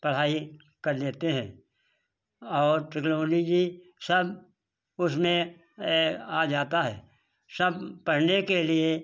पढ़ाई कर लेते हैं और टेक्नोलॉजी सब उसमें आ जाता है सब पढ़ने के लिए